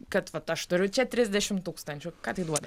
kad vat aš turiu čia trisdešim tūkstančių ką tai duoda